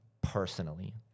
personally